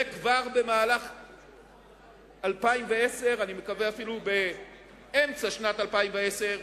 וכבר במהלך 2010, אני מקווה אפילו באמצע שנת 2010,